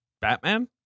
Batman